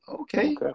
Okay